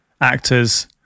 actors